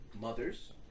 mothers